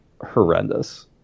horrendous